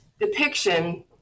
depiction